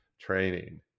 training